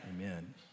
Amen